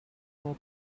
more